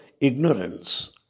ignorance